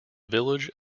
village